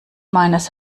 meines